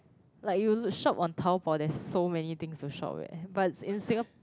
like you shop on Taobao there's so many things to shop eh but in Singa